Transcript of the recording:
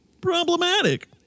problematic